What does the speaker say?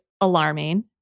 alarming